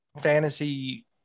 fantasy